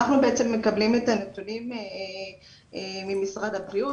אנחנו בעצם מקבלים את הנתונים ממשרד הבריאות